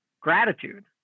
gratitude